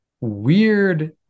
weird